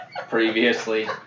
previously